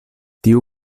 tiu